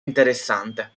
interessante